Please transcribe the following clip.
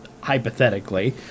hypothetically